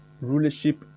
Rulership